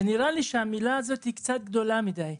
ונראה לי שהמילה הזאת קצת גדולה מדי.